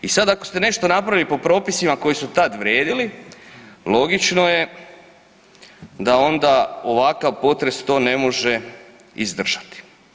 I sad ako se napravi po propisima koji su tad vrijedili, logično je da onda ovakav potres to ne može izdržati.